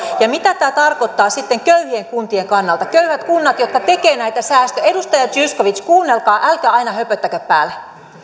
mitä tämä tarkoittaa sitten köyhien kuntien kannalta köyhät kunnat jotka tekevät näitä säästöjä edustaja zyskowicz kuunnelkaa älkää aina höpöttäkö päälle